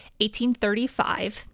1835